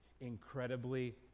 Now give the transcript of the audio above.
incredibly